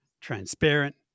transparent